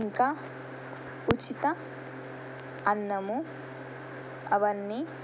ఇంకా ఉచిత అన్నము అవన్నీ